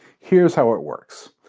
here's how it works.